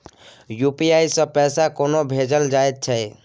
UPI सँ पैसा कोना भेजल जाइत छै?